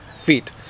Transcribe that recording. feet